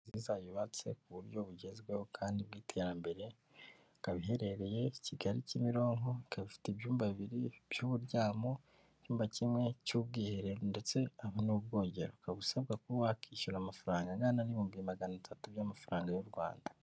Inzu nziza yubatse ku buryo bugezweho kandi bw'iterambere, ikaba iherereye i Kigali kimironko, ika ifite ibyumba bibiri by'uburyamo, icyumba kimwe cy'ubwiherero, ndetse n'ubwogero, ukaba usabwa kuba wakwishyura amafaranga angana n'ibihumbi magana atatu by'amafaranga y'u Rwanda.